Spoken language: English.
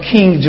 King